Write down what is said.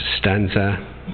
stanza